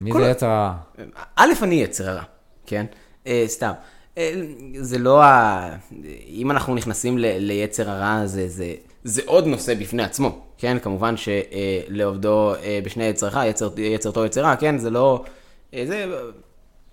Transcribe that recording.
מי זה יצר הרע? א', אני יצר הרע. כן? סתם. זה לא ה... אם אנחנו נכנסים ליצר הרע, זה... זה עוד נושא בפני עצמו. כן? כמובן שלעובדו בשני יצרכה יצרתו יצר רע, כן? זה לא... זה...